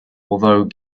although